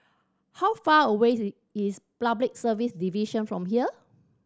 how far away is Public Service Division from here